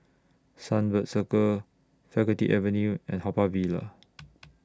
Sunbird Circle Faculty Avenue and Haw Par Villa